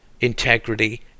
integrity